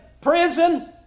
prison